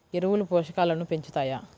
ఎరువులు పోషకాలను పెంచుతాయా?